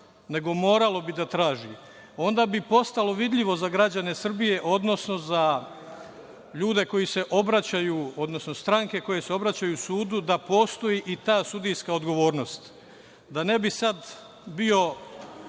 nego morala bi da traži. Onda bi postalo vidljivo za građane Srbije, odnosno za ljude koji se obraćaju, odnosno stranke koje se obraćaju sudu da postoji i ta sudijska odgovornost, da ne bi sada bio